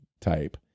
type